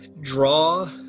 draw